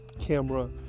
camera